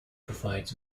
provides